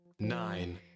Nine